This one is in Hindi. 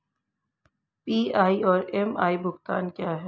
पी.आई और एम.आई भुगतान क्या हैं?